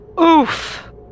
Oof